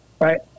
right